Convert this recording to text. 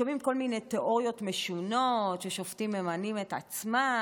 שומעים כל מיני תיאוריות משונות ששופטים ממנים את עצמם,